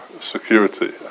security